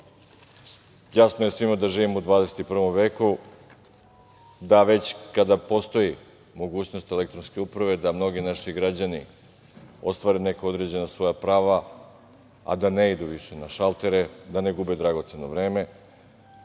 Jasno je svima da živimo u 21. veku, da već kada postoji mogućnost elektronske uprave da mnogi naši građani ostvare neka određena svoja prava, a da ne idu više na šaltere, da ne gube dragoceno vreme,